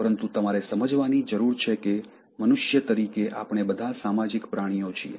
પરંતુ તમારે સમજવાની જરૂર છે કે મનુષ્ય તરીકે આપણે બધા સામાજિક પ્રાણીઓ છીએ